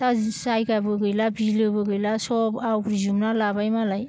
दा जायगाबो गैला बिलोबो गैला सब आवग्रिजोबना लाबायमालाय